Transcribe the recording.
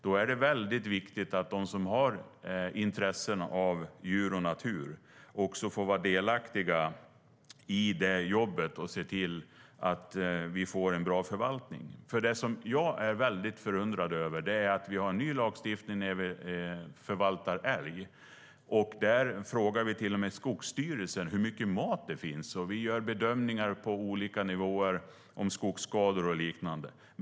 Då är det väldigt viktigt att de som har intresse för djur och natur också får vara delaktiga i det jobbet och se till att vi får en bra förvaltning. Det jag är väldigt förundrad över är att vi har en ny lagstiftning för förvaltning av älg, och där frågar vi till och med Skogsstyrelsen hur mycket mat det finns och gör bedömningar på olika nivåer om skogsskador och liknande.